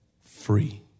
free